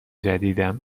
جدیدم